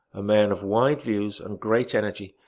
a man of wide views and great energy,